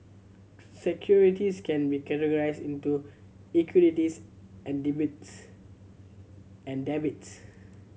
securities can be categorized into equities and debates and debits